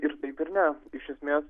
ir taip ir ne iš esmės